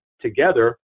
together